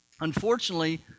unfortunately